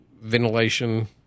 ventilation